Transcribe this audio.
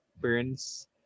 Burns